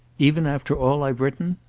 even after all i've written?